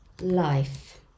life